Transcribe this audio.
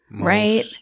Right